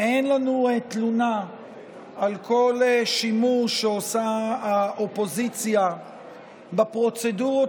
אין לנו תלונה על כל שימוש שעושה האופוזיציה בפרוצדורות